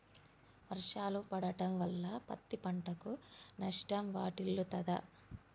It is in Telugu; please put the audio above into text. వర్షాలు పడటం వల్ల పత్తి పంటకు నష్టం వాటిల్లుతదా?